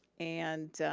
and,